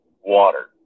water